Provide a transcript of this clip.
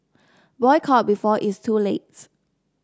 boycott before it's too late